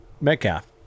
Metcalf